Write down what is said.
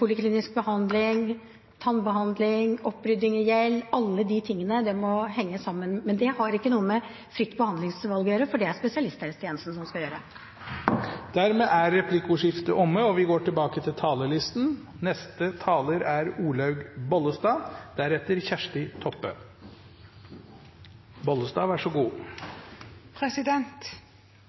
poliklinisk behandling, tannbehandling, opprydding i gjeld – alle disse tingene – må henge sammen. Men det har ikke noe med fritt behandlingsvalg å gjøre, for det er det spesialisthelsetjenesten som skal ta seg av. Replikkordskiftet er omme. Ventelister har vært og